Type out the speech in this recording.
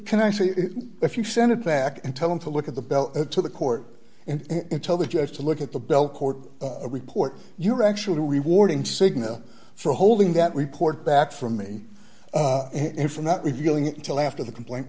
can i say if you send it back and tell him to look at the bell to the court and tell the judge to look at the belcourt report your actual rewarding signal for holding that report back from me and for not revealing until after the complaint